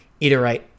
iterate